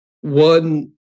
One